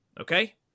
okay